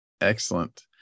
excellent